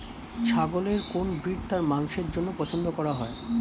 ছাগলের কোন ব্রিড তার মাংসের জন্য পছন্দ করা হয়?